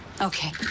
Okay